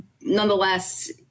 nonetheless